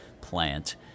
plant